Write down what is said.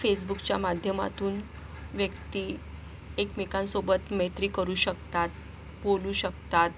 फेसबुकच्या माध्यमातून व्यक्ती एकमेकांसोबत मैत्री करू शकतात बोलू शकतात